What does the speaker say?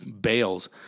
Bales